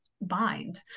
Bind